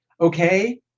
okay